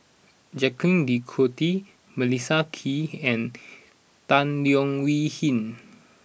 Jacques De Coutre Melissa Kwee and Tan Leo Wee Hin